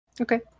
Okay